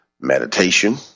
Meditation